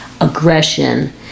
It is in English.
aggression